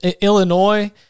Illinois